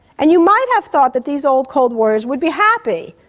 and you might have thought that these old cold warriors would be happy,